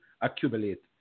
accumulate